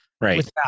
Right